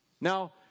Now